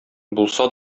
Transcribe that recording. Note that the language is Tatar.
булса